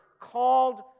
called